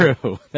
true